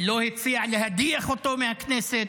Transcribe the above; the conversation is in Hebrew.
לא הציע להדיח אותו מהכנסת,